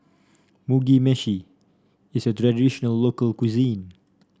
Mugi Meshi is a traditional local cuisine